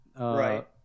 Right